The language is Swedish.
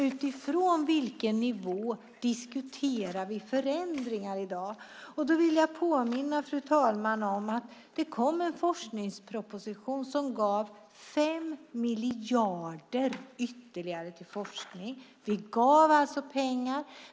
Utifrån vilken nivå diskuterar vi förändringar i dag? Jag vill påminna fru talmannen om att det kom en forskningsproposition som gav 5 miljarder ytterligare till forskning. Vi gav alltså pengar.